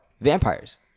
vampires